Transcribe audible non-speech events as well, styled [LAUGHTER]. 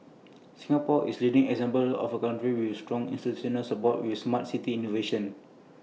[NOISE] Singapore is leading example of A country with strong institutional support with Smart City innovation